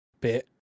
bit